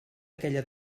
aquella